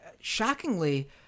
shockingly